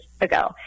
ago